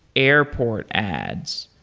airport ads,